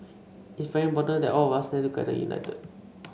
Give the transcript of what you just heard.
it's very important that all of us stand together united